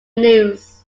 news